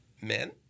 Men